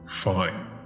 Fine